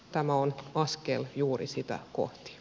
tämä on askel juuri sitä kohti